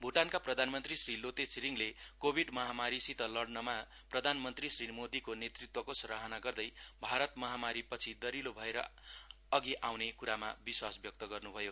भुटानका प्रधानमन्त्री श्री लोटे छिरिङले कोभिड महामारिसित लड़मा प्रधानमन्त्री श्री मोदीको नेतृत्वको सराहना गर्दै भारत महामारी पछि दह्विलो भएर अघि आउने कुरामा विश्वास व्यक्त गर्नुभयो